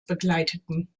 begleiteten